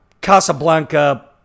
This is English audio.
Casablanca